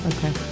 Okay